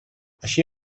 així